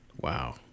Wow